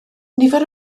nifer